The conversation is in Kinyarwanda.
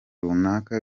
runaka